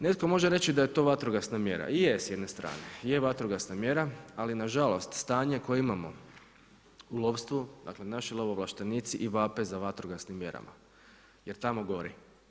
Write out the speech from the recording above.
Netko može reći da je to vatrogasna mjera i je s jedne strane, je vatrogasna mjera ali nažalost stanje koje imamo u lovstvu, dakle naši lovoovlaštenici i vape za vatrogasnim mjerama jer tamo gori.